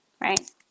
Right